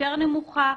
נמוכה יותר,